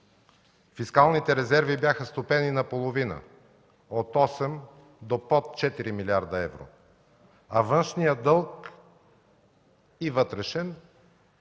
Фискалните резерви бяха стопени наполовина – от 8 до под 4 млрд. евро, а външният и вътрешен